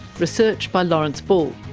research by lawrence bull,